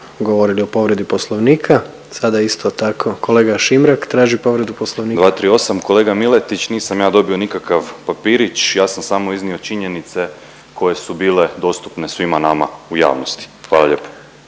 govorili o povredi poslovnika. Sada isto tako kolega Šimrak traži povredu Poslovnika. **Šimrak, Maksimilijan (HDZ)** 238. kolega Miletić nisam ja dobio nikakav papirić, ja sam samo iznio činjenice koje su bile dostupne svima nama u javnosti. Hvala lijepo.